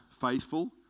faithful